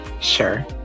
Sure